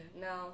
now